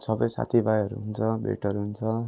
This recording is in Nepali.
सबै साथीभाइहरू हुन्छ भेटहरू हुन्छ